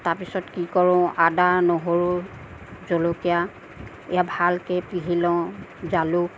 তাৰ পিছত কি কৰো আদা নহৰু জলকীয়া এইয়া ভালকে পিহি লওঁ জালুক